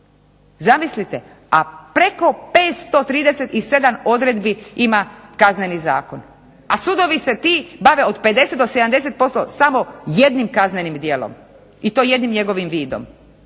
zamislite. A preko 537 odredbi ima Kazneni zakon, a sudovi se ti bave od 50 do 70% samo jednim kaznenim djelom i to jednim njegovim vidom.